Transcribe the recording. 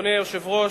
אדוני היושב-ראש,